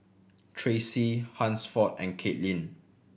Tracie Hansford and Caitlyn